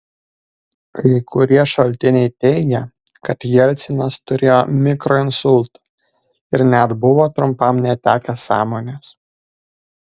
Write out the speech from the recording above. kai kurie šaltiniai teigia kad jelcinas turėjo mikroinsultą ir net buvo trumpam netekęs sąmonės